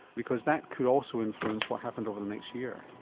because that could also influence what happened over the next year.